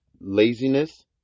laziness